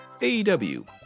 AEW